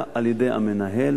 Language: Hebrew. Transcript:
להתבצע על-ידי המנהל,